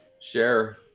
share